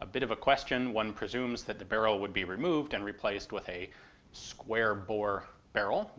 a bit of a question. one presumes that the barrel would be removed and replaced with a square bore barrel.